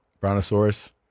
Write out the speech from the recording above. Brontosaurus